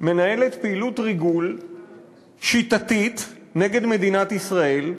מנהלת פעילות ריגול שיטתית נגד מדינת ישראל,